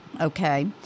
okay